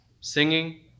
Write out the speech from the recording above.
singing